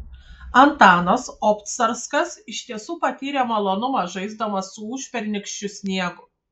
antanas obcarskas iš tiesų patyrė malonumą žaisdamas su užpernykščiu sniegu